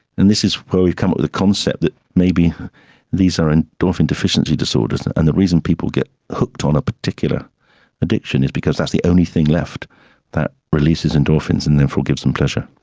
and this is where we've come up with a concept that may be these are endorphin deficiency disorders, and and the reason people get hooked on a particular addiction is because that's the only thing left that releases endorphins and therefore gives them pleasure.